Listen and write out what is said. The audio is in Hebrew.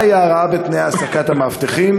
1. מה היא ההרעה בתנאי העסקת המאבטחים?